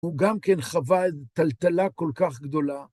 הוא גם כן חווה טלטלה כל כך גדולה.